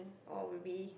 or will be